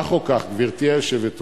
כך או כך, גברתי היושבת-ראש,